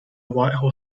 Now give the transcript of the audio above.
whitehall